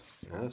Yes